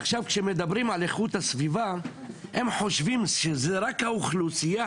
עכשיו שמדברים על איכות הסביבה הם חושבים שזה רק האוכלוסייה